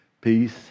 peace